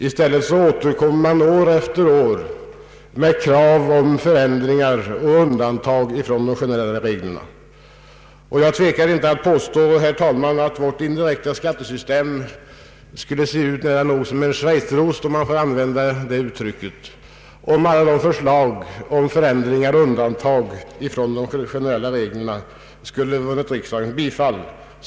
I stället återkommer man år efter år med krav på förändringar och undantag från de generella reglerna. Jag tvekar inte att påstå, herr talman, att vårt indirekta skattesystem skulle se ut nära nog som en schweizerost om alla de förslag som väcks i motioner under årens lopp om förändringar av och undantag från de generella reglerna skulle ha vunnit riksdagens bifall.